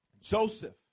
Joseph